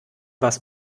was